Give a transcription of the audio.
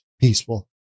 peaceful